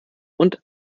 und